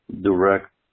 direct